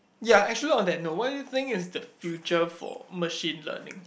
ya actually on that note what do you think it's the future for machine learning